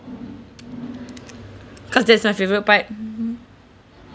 cause that's my favourite part